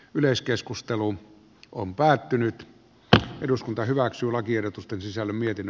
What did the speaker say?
yleiskeskusteluun on päätynyt että eduskunta hyväksyy lakiehdotusten sisällä mietin